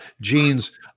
Gene's